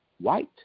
white